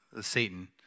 Satan